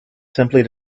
simply